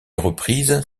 reprises